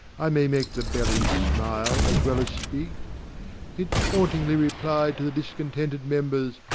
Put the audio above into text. i may make the belly smile as well as speak it tauntingly replied to the discontented members,